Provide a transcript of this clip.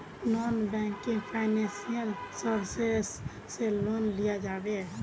Non banking financial services से loan लिया जाबे?